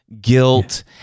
guilt